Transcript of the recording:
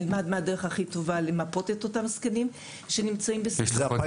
נלמד מה היא הדרך הכי טובה למפות את אותם זקנים שנמצאים בסיכון.